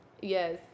yes